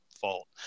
fault